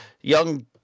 young